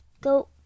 go